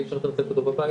אי אפשר לתחזק אותו בבית,